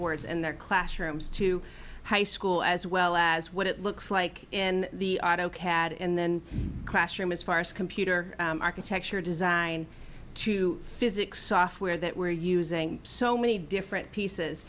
whiteboards in their classrooms to high school as well as what it looks like in the auto cad and then classroom as far as computer architecture design to physics software that we're using so many different pieces